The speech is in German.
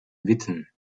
witten